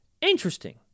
interesting